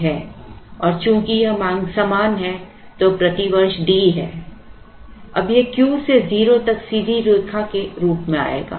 और चूंकि यह मांग समान है जो प्रति वर्ष D है अब यह Q से 0 तक सीधी रेखा के रूप में आएगा